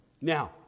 Now